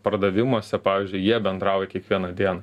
pardavimuose pavyzdžiui jie bendrauja kiekvieną dieną